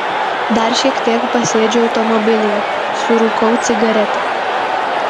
dar šiek tiek pasėdžiu automobilyje surūkau cigaretę